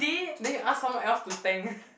then you ask someone else to tank